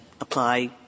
apply